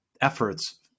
efforts